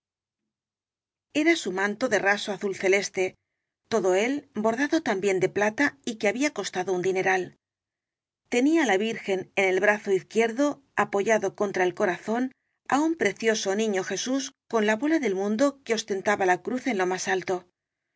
era su manto de raso azul celeste todo él bor dado también de plata y que había costado un di neral tenía la virgen en el brazo izquierdo apo yado contra el corazón á un precioso niño jesús con la bola del mundo que ostentaba la cruz en lo más alto